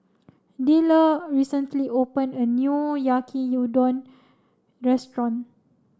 Dellar recently opened a new Yaki Udon Restaurant